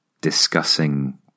discussing